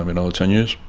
um another ten years.